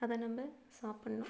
அதை நம்ம சாப்பிட்லாம்